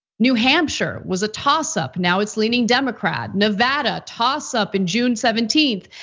new hampshire was a toss up, now it's leaning democrat. nevada, toss up in june seventeenth,